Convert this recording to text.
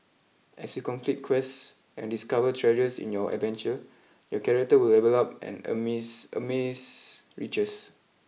as you complete quests and discover treasures in your adventure your character will level up and amass amass riches